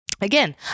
Again